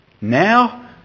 Now